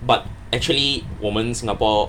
but actually 我们 singapore